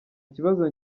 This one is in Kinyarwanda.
kibazo